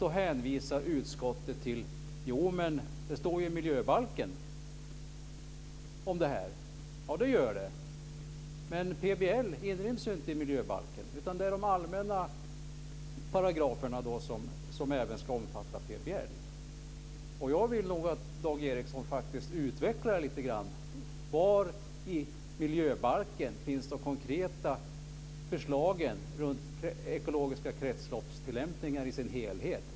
Då hänvisar utskottet till att det står i miljöbalken om detta. Ja, det gör det. Men PBL inryms inte i miljöbalken, utan där finns de allmänna paragraferna som även ska omfatta PBL. Jag vill att Dag Ericson utvecklar frågan lite grann: Var i miljöbalken finns de konkreta reglerna om ekologisk kretsloppstillämpning i dess helhet?